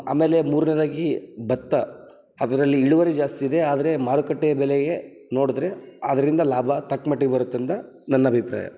ಆಮೇಲೆ ಮೂರನೇದಾಗಿ ಭತ್ತ ಅದ್ರಲ್ಲಿ ಇಳುವರಿ ಜಾಸ್ತಿ ಇದೆ ಆದರೆ ಮಾರುಕಟ್ಟೆ ಬೆಲೆಗೆ ನೋಡಿದ್ರೆ ಅದರಿಂದ ಲಾಭ ತಕ್ಕ ಮಟ್ಟಿಗೆ ಬರುತ್ತೆ ಅಂತ ನನ್ನ ಅಭಿಪ್ರಾಯ